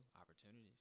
Opportunities